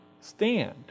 stand